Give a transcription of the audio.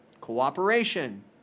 Cooperation